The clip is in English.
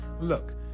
Look